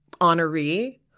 honoree